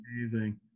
amazing